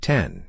Ten